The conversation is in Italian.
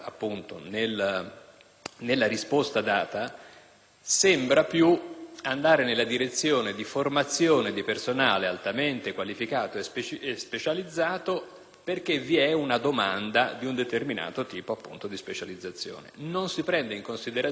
nella risposta data, sembra andare nella direzione di formazione di personale altamente qualificato e specializzato perché vi è una domanda di un determinato tipo di specializzazione. Non si prende in considerazione il fatto che